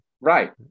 Right